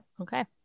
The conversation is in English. okay